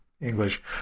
English